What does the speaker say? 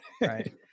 right